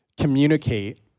communicate